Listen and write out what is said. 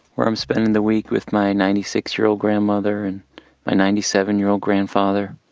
where i'm spending the week with my ninety six year old grandmother and my ninety seven year old grandfather,